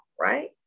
right